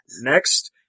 next